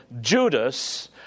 Judas